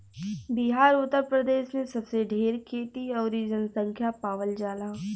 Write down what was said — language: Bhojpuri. बिहार उतर प्रदेश मे सबसे ढेर खेती अउरी जनसँख्या पावल जाला